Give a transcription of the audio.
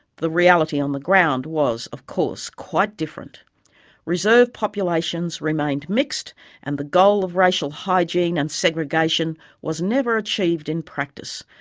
the reality on the ground was, of course, quite different reserve populations remained mixed and the goal of racial hygiene and segregation was never achieved in practice,